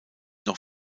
noch